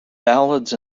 ballads